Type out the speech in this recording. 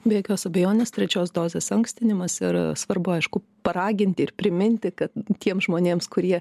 be jokios abejonės trečios dozės ankstinimas ir svarbu aišku paraginti ir priminti kad tiems žmonėms kurie